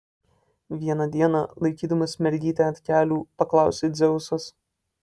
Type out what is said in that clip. vieną dieną laikydamas mergytę ant kelių paklausė dzeusas